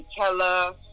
Nutella